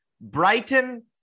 Brighton